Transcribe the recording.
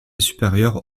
supérieure